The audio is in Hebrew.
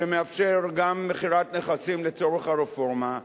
שמאפשר גם מכירת נכסים לצורך הרפורמה,